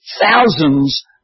thousands